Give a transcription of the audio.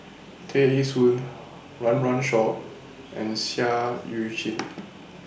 Tear Ee Soon Run Run Shaw and Seah EU Chin